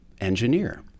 engineer